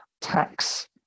tax